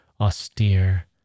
austere